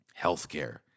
Healthcare